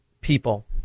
people